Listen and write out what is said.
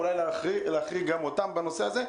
אולי להחריג גם אותם בנושא הזה,